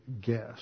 guess